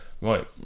Right